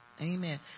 Amen